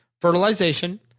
Fertilization